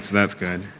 that's good.